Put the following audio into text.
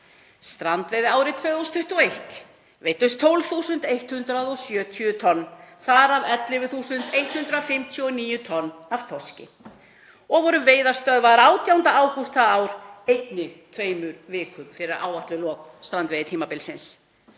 Strandveiðiárið 2021 veiddust 12.170 tonn, þar af 11.159 tonn af þorski, og voru veiðar stöðvaðar 18. ágúst það ár, einnig tveimur vikum fyrir áætluð lok strandveiðitímabilsins.